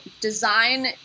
design